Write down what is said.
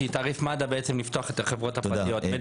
כי תעריף מד"א יפתח את החברות הפרטיות.